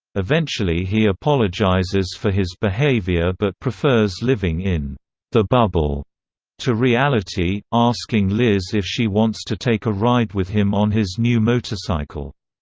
eventually he apologizes for his behavior but prefers living in the bubble to reality, asking liz if she wants to take a ride with him on his new motorcycle.